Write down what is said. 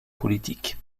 politique